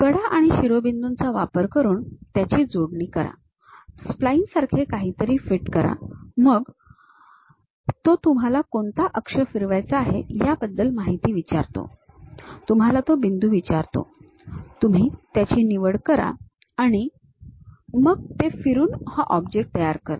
कडा आणि शिरोबिंदूचा वापर करून त्याची जोडणी करा स्प्लाइनसारखे काहीतरी फिट करा मग तो तुम्हाला कोणता अक्ष फिरवायचा आहे याबद्दल माहिती विचारतो तुम्हाला ते बिंदू विचारतो तुम्ही त्याची निवड करा आणि मग ते फिरून हे ऑब्जेक्ट तयार करते